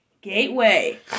Gateway